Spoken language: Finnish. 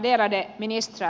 värderade ministrar